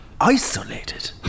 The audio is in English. isolated